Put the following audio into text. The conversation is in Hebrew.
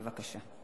בבקשה.